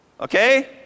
Okay